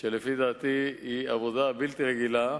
רשות ההגירה, ולפי דעתי זו עבודה בלתי רגילה.